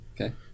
okay